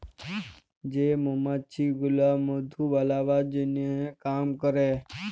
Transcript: যে মমাছি গুলা মধু বালাবার জনহ কাম ক্যরে